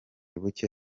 bucye